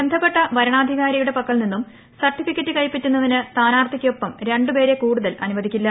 ബന്ധപ്പെട്ട വരണാധികാരിയുടെ ് പക്കൽ നിന്നും സർട്ടിഫിക്ക്റ്റ് കൈപ്പറ്റുന്നതിന് സ്ഥാനാർത്ഥിക്കൊപ്പം രണ്ടുപേരെ കൂടുതൽ അനുവദിക്കില്ല